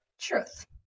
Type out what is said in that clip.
truth